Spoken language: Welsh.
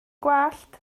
gwallt